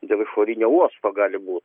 dėl išorinio uosto gali būt